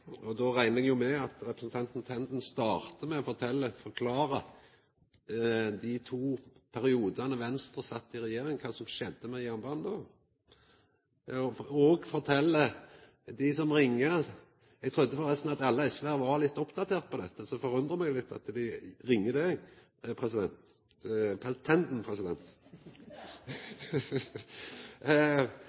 jernbanesatsinga. Då reknar eg med at representanten Tenden startar med å fortelja og forklara kva som skjedde med jernbanen i dei to periodane då Venstre sat i regjering – eg trudde forresten at alle SV-arar var litt oppdaterte på dette, så det forundrar meg litt at dei ringjer representanten Tenden. Men det